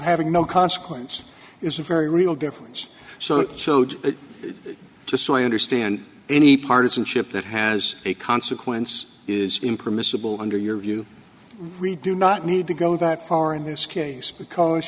having no consequence is a very real difference so that showed it to so i understand any partisanship that has a consequence is impermissible under your view we do not need to go that far in this case because